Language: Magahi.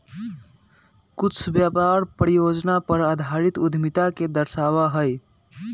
कुछ व्यापार परियोजना पर आधारित उद्यमिता के दर्शावा हई